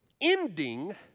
ending